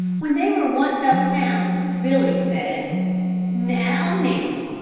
when they were once out of town billy said now, nanny,